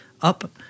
up